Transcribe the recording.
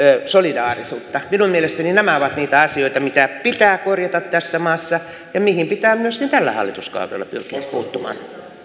solidaarisuutta minun mielestäni nämä ovat niitä asioita mitä pitää korjata tässä maassa ja mihin pitää myöskin tällä hallituskaudella pyrkiä puuttumaan